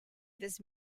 this